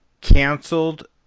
canceled